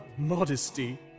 Modesty